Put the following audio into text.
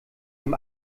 dem